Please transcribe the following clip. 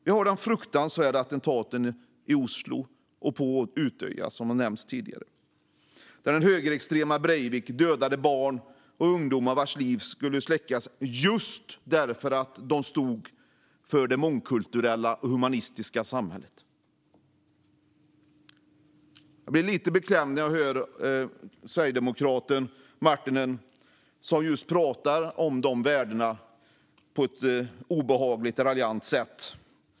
Vi har sett de fruktansvärda attentaten i Oslo och på Utøya, som har nämnts tidigare, där den högerextreme Breivik dödade barn och ungdomar vars liv skulle släckas just därför att de stod för det mångkulturella och humanistiska samhället. Jag blir lite beklämd när jag hör sverigedemokraten Marttinen, som pratar om just dessa värden på ett obehagligt raljant sätt.